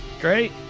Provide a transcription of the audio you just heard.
Great